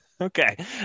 Okay